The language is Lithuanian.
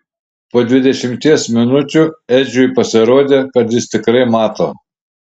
po dvidešimties minučių edžiui pasirodė kad jis tikrai mato